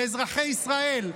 לאזרחי ישראל,